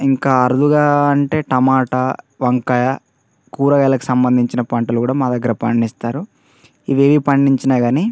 ఇంకా అరుదుగా అంటే టమాటా వంకాయ కూరగాయలకు సంబంధించిన పంటలు కూడా మా దగ్గర పండిస్తారు ఇవి ఏ పండించినా కానీ